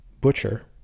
Butcher